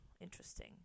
interesting